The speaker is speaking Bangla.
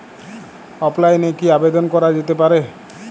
অফলাইনে কি আবেদন করা যেতে পারে?